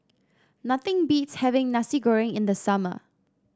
nothing beats having Nasi Goreng in the summer